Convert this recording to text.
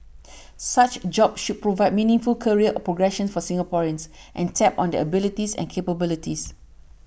such jobs should provide meaningful career progression for Singaporeans and tap on their abilities and capabilities